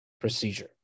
procedure